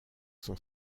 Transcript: sont